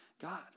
God